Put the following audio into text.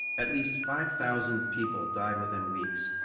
at least five thousand people died within weeks,